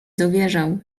dowierzał